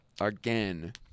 again